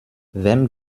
wem